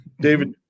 David